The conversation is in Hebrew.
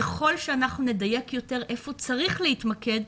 ככול שנדייק יותר איפה צריך להתמקד,